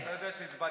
אתה יודע איך הצבעתי.